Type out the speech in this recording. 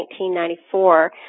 1994